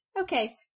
Okay